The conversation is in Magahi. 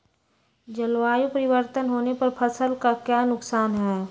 जलवायु परिवर्तन होने पर फसल का क्या नुकसान है?